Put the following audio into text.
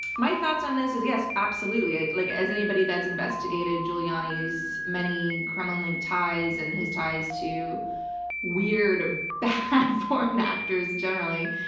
my thoughts on this are yes, absolutely. i, like as anybody that's investigated giuliani's many kremlin-linked ties, and his ties to weird, bad foreign actors, generally.